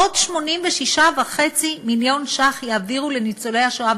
עוד 86.5 מיליון ש"ח יעבירו לניצולי השואה,